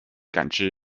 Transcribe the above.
感知